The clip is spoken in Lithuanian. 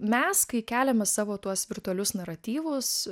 mes kai keliame savo tuos virtualius naratyvus